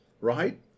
Right